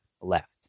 left